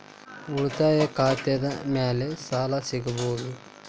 ಉಳಿತಾಯ ಖಾತೆದ ಮ್ಯಾಲೆ ಸಾಲ ಸಿಗಬಹುದಾ?